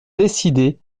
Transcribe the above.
décidé